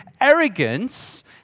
arrogance